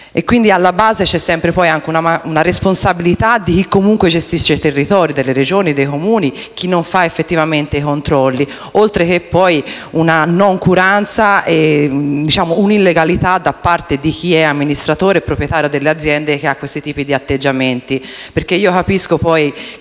comunque, c'è sempre una responsabilità di chi gestisce il territorio, delle Regioni, dei Comuni e di chi non fa effettivamente i controlli, oltre che la noncuranza e l'illegalità di chi è amministratore e proprietario delle aziende che hanno questo tipo di atteggiamenti.